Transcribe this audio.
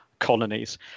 Colonies